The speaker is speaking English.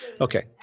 okay